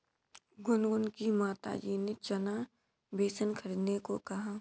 गुनगुन की माताजी ने चना बेसन खरीदने को कहा